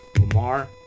Lamar